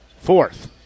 fourth